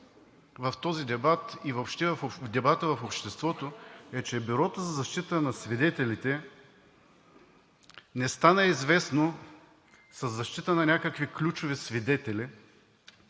в този дебат и въобще в дебата в обществото, че Бюрото за защита на свидетелите не стана известно със защита на някакви ключови свидетели,